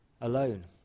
alone